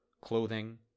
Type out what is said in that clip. clothing